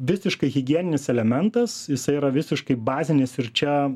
visiškai higieninis elementas jisai yra visiškai bazinis ir čia